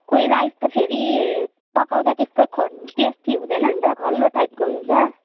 कोही राइस त फेरि पकाउँदा त्यस्तो ख टेस्टी हुँदैनन् त खल्लो टाइपको हुन्छ